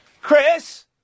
Chris